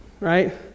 right